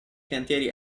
cantieri